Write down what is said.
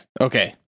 Okay